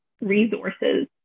resources